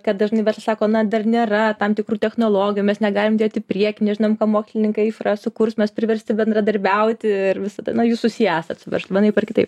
ką dažnai sako na dar nėra tam tikrų technologijų mes negalim judėt į priekį nežinom ką mokslininkai išras sukurs mes priversti bendradarbiauti ir visa ta na jūs susiję esat su verslu vienaip ar kitaip